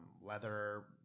leather